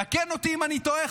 תקן אותי אם אני טועה,